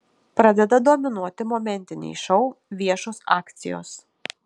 pradeda dominuoti momentiniai šou viešos akcijos